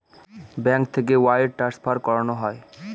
bank থেকে wire transfer করানো হয়